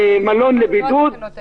על זה לא מדובר פה.